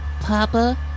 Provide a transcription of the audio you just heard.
Papa